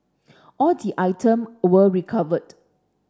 all the item were recovered